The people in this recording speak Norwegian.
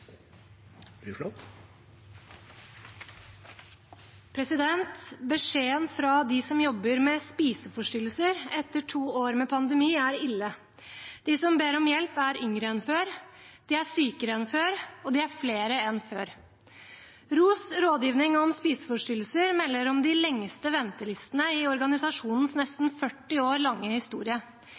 Beskjeden fra dem som jobber med spiseforstyrrelser etter to år med pandemi, er ille. De som ber om hjelp, er yngre enn før, de er sykere enn før, og de er flere enn før. ROS, Rådgivning Om Spiseforstyrrelser, melder om de lengste ventelistene i organisasjonens nesten 40 år